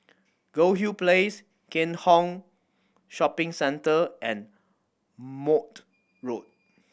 Goldhill Place Keat Hong Shopping Centre and Maude Road